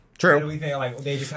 True